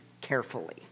carefully